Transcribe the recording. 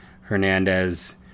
Hernandez